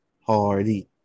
Hardy